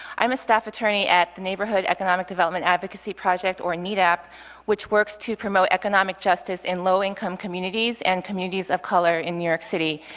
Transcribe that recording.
i'm a staff attorney at the neighborhood economic development advocacy project, or nedap, which works to promote economic justice in low-income communities and communities of color in new york city,